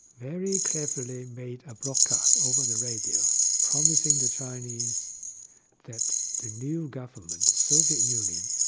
very cleverly made a broadcast over the radio, promising the chinese that the new government, the soviet union,